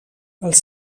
els